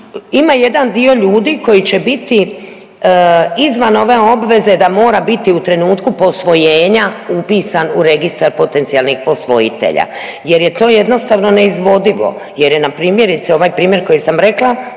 ima jedan dio ljudi koji će biti izvan ove obveze da mora biti u trenutku posvojenja upisan u registar potencijalnih posvojitelja jer je to jednostavno neizvodivo jer je na primjerice ovaj primjer koji sam rekla